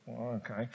Okay